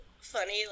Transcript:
funny